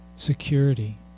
Security